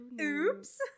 Oops